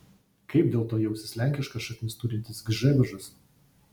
kaip dėl to jausis lenkiškas šaknis turintis gžegožas